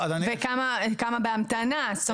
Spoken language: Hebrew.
וכמה בהמתנה.